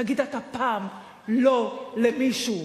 תגיד אתה פעם "לא" למישהו,